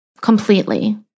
completely